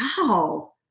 Wow